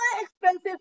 expensive